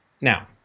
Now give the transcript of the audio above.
Now